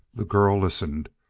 the girl listened.